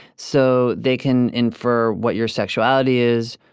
so they can infer what your sexuality is,